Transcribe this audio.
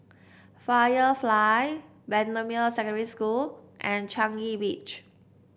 Firefly Bendemeer Secondary School and Changi Beach